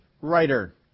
writer